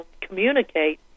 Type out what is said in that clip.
communicate